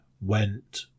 Went